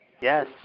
Yes